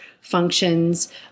functions